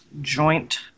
joint